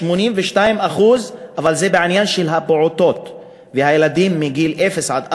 82% אבל זה בעניין של הפעוטות והילדים מגיל אפס עד ארבע,